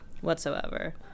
Whatsoever